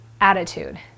attitude